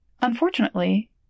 Unfortunately